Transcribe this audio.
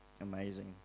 amazing